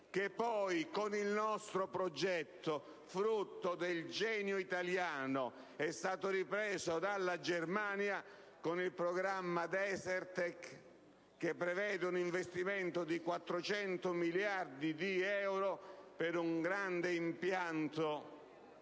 Poi, il nostro progetto, frutto del genio italiano, è stato ripreso dalla Germania con il programma Desertec, che prevede un investimento di 400 miliardi di euro per un grande impianto